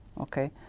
okay